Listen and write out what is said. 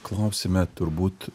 klausime turbūt